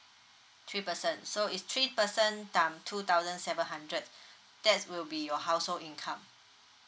three person so is three person time two thousand seven hundred that's will be your household income